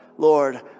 Lord